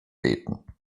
beten